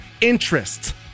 interest